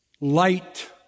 light